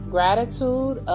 Gratitude